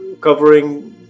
covering